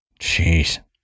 Jeez